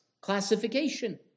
classification